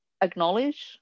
acknowledge